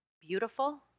beautiful